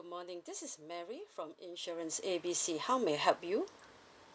morning this is mary from insurance A B C how may help you